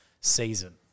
season